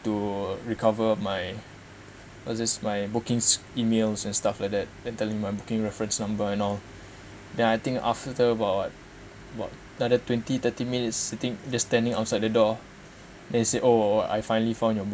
to recover my what's this my bookings emails and stuff like then tell him my booking reference number and all then I think after about what about another twenty thirty minutes sitting just standing outside the door then he said oh I finally found your